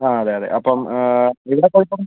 ആ അതെ അതെ അപ്പം എവിടെ പോയിക്കോ എന്ന്